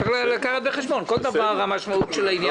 צריך לקחת בחשבון את המשמעות של כל דבר.